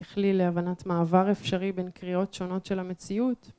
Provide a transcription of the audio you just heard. החליל להבנת מעבר אפשרי בין קריאות שונות של המציאות